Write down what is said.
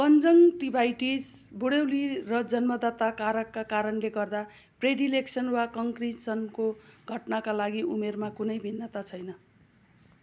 conjunctivitis बुढ्यौली र जन्मदात्ता कारकका कारणले गर्दा प्रेडिलेक्सन वा कन्क्रिसनको घटनाका लागि उमेरमा कुनै भिन्नता छैन